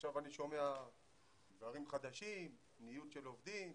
עכשיו אני שומע דברים חדשים, ניוד של עובדים.